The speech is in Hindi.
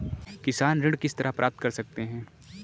किसान ऋण किस तरह प्राप्त कर सकते हैं?